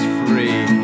free